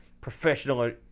professional